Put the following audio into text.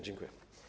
Dziękuję.